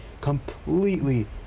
completely